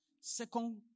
Second